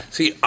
See